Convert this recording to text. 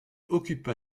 occupa